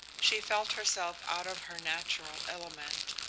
she felt herself out of her natural element,